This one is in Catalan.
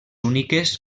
úniques